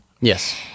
Yes